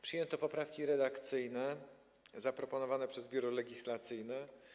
Przyjęto poprawki redakcyjne zaproponowane przez Biuro Legislacyjne.